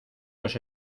los